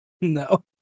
No